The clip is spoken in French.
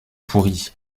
pourrie